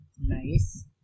Nice